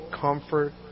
comfort